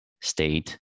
state